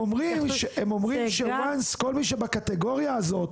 אומרים ש-once כל מי שבקטגוריה הזאת,